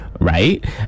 right